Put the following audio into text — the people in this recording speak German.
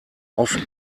oft